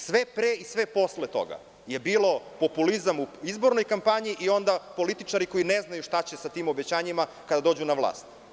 Sve pre i sve posle toga je bio populizam u izbornoj kampanji i onda političari koji ne znaju šta će sa tim obećanjima kada dođu na vlast.